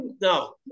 No